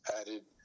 added